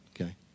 okay